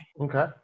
Okay